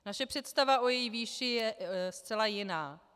Naše představa o její výši je zcela jiná.